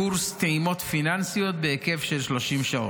קורס "טעימות פיננסיות" בהיקף של 30 שעות.